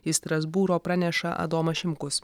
iš strasbūro praneša adomas šimkus